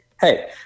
Hey